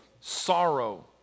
sorrow